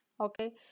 Okay